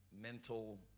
mental